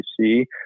see